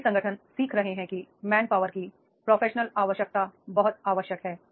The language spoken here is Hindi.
कई संगठन सीख रहे हैं कि जनशक्ति की प्रोफेशन आवश्यकता बहुत आवश्यक है